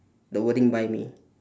the wording buy me